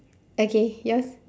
okay yours